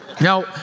Now